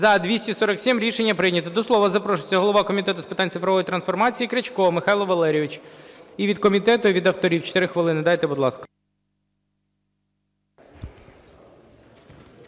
За-247 Рішення прийнято. До слова запрошується голова Комітету з питань цифрової трансформації Крячко Михайло Валерійович. І від комітету, від авторів, чотири хвилини дайте, будь ласка.